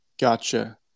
Gotcha